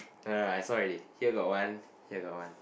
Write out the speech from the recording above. no no no I saw already here got one here got one